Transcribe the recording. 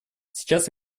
сейчас